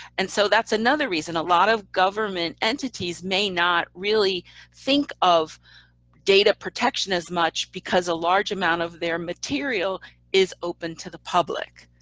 and so that's another reason a lot of government entities may not really think of data protection as much because a large amount of their material is open to the public.